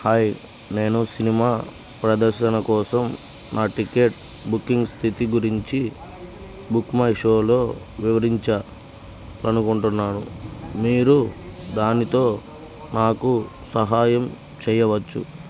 hi నేను cinema ప్రదర్శన కోసం నా టికెట్ బుకింగ్ స్థితి గురించి బుక్ మై షోలో వివరించా అనుకుంటున్నాను మీరు దానితో నాకు సహాయం చేయవచ్చు